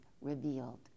Revealed